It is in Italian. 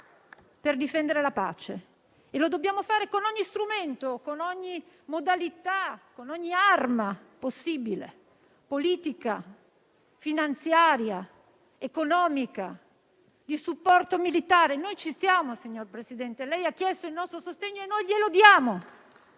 per difendere la pace e lo dobbiamo fare con ogni strumento, con ogni modalità, con ogni arma possibile: politica, finanziaria, economica e di supporto militare. Noi ci siamo, signor Presidente del Consiglio. Lei ha chiesto il nostro sostegno e noi glielo diamo,